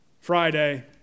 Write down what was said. friday